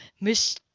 Miss